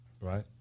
right